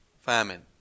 Famine